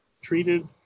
treated